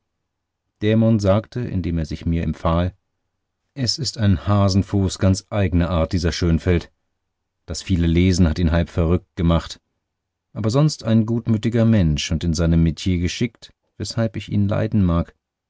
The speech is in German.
dämon sagte indem er sich mir empfahl es ist ein hasenfuß ganz eigner art dieser schönfeld das viele lesen hat ihn halb verrückt gemacht aber sonst ein gutmütiger mensch und in seinem metier geschickt weshalb ich ihn leiden mag